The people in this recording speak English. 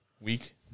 week